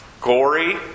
gory